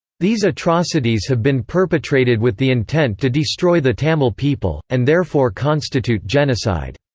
these atrocities have been perpetrated with the intent to destroy the tamil people, and therefore constitute genocide.